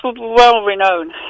well-renowned